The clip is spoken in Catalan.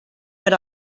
per